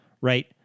right